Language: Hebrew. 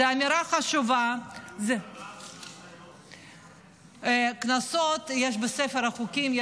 זו אמירה חשובה ----- הקנס היום --- קנסות יש בספר החוקים.